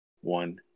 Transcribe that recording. one